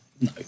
No